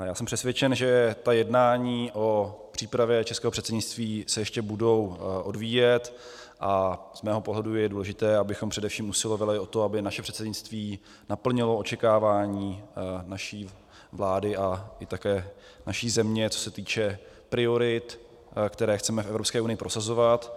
Já jsem přesvědčen, že ta jednání o přípravě českého předsednictví se ještě budou odvíjet, a z mého pohledu je důležité, abychom především usilovali o to, aby naše předsednictví naplnilo očekávání naší vlády a také naší země, co se týče priorit, které chceme v Evropské unii prosazovat.